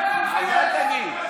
אז אל תגיד.